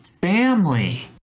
family